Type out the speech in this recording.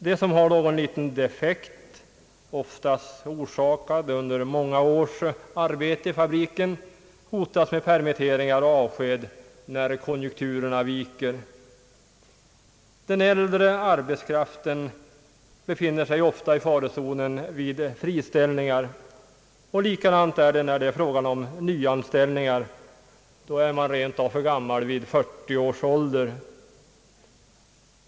De som har någon liten defekt, oftast orsakad under många års arbete i fabriken, hotas med permitteringar och avsked när konjunkturerna viker. Den äldre arbetskraften befinner sig ofta i farozonen vid friställningar. Likadant är det när det är fråga om nyanställningar — då är man rent av för gammal vid 40 års ålder.